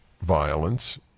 violence